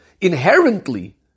inherently